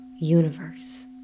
universe